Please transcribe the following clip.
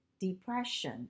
depression